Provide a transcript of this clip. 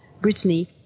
Brittany